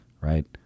right